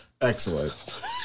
Excellent